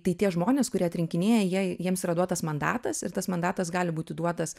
tai tie žmonės kurie atrinkinėja jie jiems yra duotas mandatas ir tas mandatas gali būti duotas